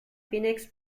phoenix